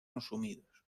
consumidos